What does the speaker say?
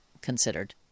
considered